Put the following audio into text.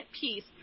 Peace